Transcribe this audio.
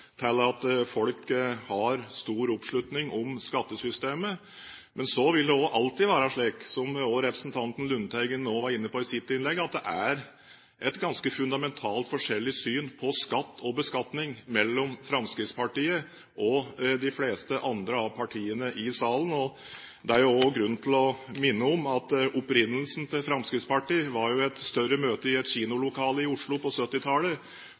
til at folk har stor oppslutning om skattesystemet. Men så vil det alltid være slik – som også representanten Lundteigen var inne på i sitt innlegg – at det er et ganske fundamentalt forskjellig syn på skatt og beskatning mellom Fremskrittspartiet og de fleste andre av partiene i salen. Det er også grunn til å minne om at opprinnelsen til Fremskrittspartiet var et større møte i et kinolokale i Oslo på